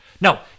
Now